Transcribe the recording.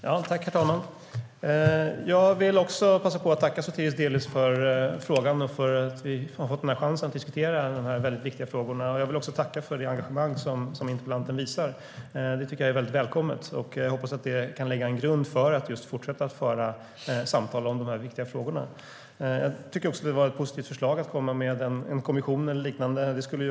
Herr talman! Jag vill passa på att tacka Sotiris Delis för interpellationen, som gett oss en chans att diskutera dessa väldigt viktiga frågor. Jag vill också tacka för det engagemang interpellanten visar. Det är väldigt välkommet. Jag hoppas att det kan lägga en grund för fortsatta samtal om de här viktiga frågorna. Förslaget om att inrätta en kommission eller liknande är positivt.